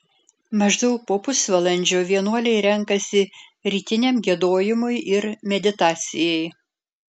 maždaug po pusvalandžio vienuoliai renkasi rytiniam giedojimui ir meditacijai